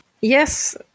Yes